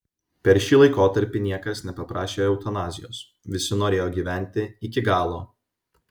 per šį laikotarpį niekas nepaprašė eutanazijos visi norėjo gyventi iki galo